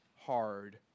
hard